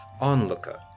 onlooker